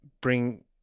bring